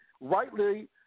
rightly